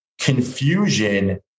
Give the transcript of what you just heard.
confusion